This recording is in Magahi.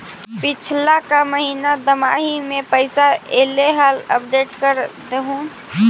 पिछला का महिना दमाहि में पैसा ऐले हाल अपडेट कर देहुन?